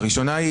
הראשונה,